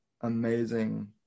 amazing